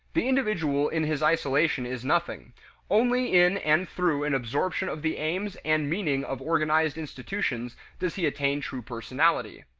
the individual in his isolation is nothing only in and through an absorption of the aims and meaning of organized institutions does he attain true personality.